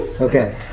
Okay